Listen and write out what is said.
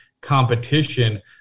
competition